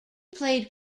played